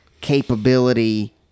capability